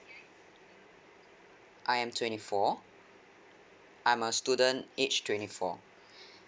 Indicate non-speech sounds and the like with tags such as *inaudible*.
I am twenty four I'm a student age twenty four *breath*